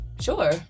sure